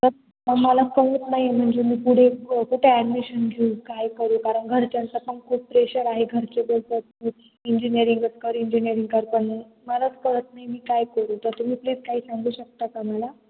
तर मला कळत नाही म्हणजे मी पुढे कुठे ॲडमिशन घेऊ काय करू कारण घरच्यांचं पण खूप प्रेशर आहे घरचे पण सांगतात इंजिनिअरिंगच कर इंजिनिअरिंग कर पण मलाच कळत नाही मी काय करू तर तुम्ही प्लीज काही सांगू शकता का मला